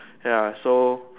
ya so